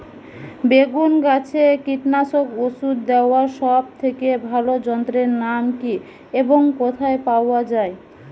বেগুন গাছে কীটনাশক ওষুধ দেওয়ার সব থেকে ভালো যন্ত্রের নাম কি এবং কোথায় পাওয়া যায়?